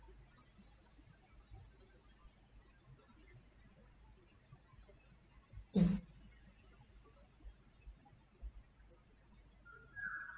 mmhmm